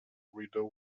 rideau